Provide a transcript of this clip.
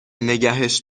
نگهش